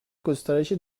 گسترش